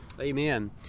amen